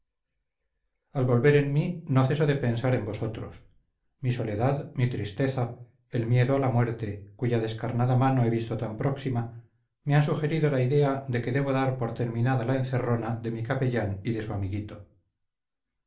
al volver en mí no ceso de pensar en vosotros mi soledad mi tristeza el miedo a la muerte cuya descarnada mano he visto tan próxima me han sugerido la idea de que debo dar por terminada la encerrona de mi capellán y de su amiguito